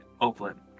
Oakland